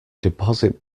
deposit